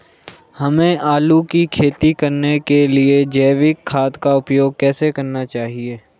हमें आलू की खेती करने के लिए जैविक खाद का उपयोग कैसे करना चाहिए?